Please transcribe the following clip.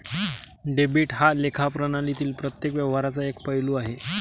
debit हा लेखा प्रणालीतील प्रत्येक व्यवहाराचा एक पैलू आहे